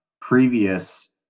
previous